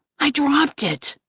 i dropped it!